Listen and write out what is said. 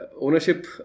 ownership